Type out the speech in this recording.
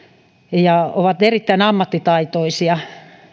ja ovat erittäin ammattitaitoisia